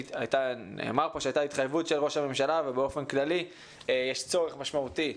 נאמר פה שהייתה התחייבות של ראש הממשלה ובאופן כללי יש צורך משמעותי,